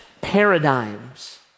paradigms